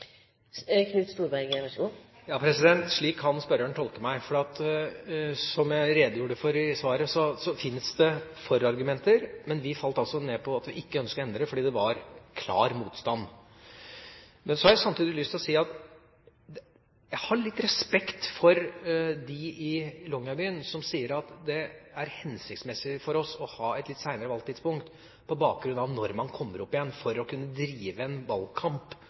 Slik kan spørreren tolke meg. Som jeg redegjorde for i svaret, fins det for-argumenter. Men vi falt altså ned på at vi ikke ønsket å endre, fordi det var klar motstand. Så har jeg samtidig lyst til å si at jeg har litt respekt for de i Longyearbyen som sier at på bakgrunn av når man kommer opp dit igjen, er det hensiktsmessig for dem å ha et litt